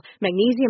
magnesium